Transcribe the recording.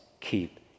keep